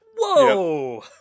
whoa